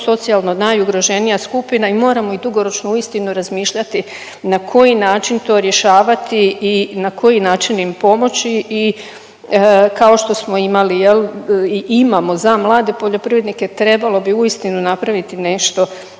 socijalno najugroženija skupina i moramo i dugoročno uistinu razmišljati na koji način to rješavati i na koji način im pomoći i kao što smo imali jel i imamo za mlade poljoprivrednike trebalo bi uistinu napraviti nešto